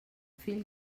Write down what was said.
fill